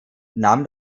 nahm